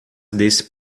desse